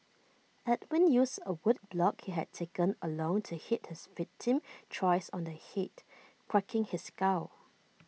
Edwin used A wood block he had taken along to hit his victim thrice on the Head cracking his skull